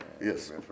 Yes